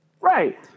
Right